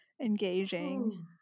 engaging